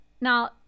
Now